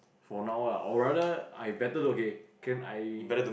for now lah or rather I better okay can I